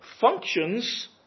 functions